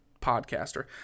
podcaster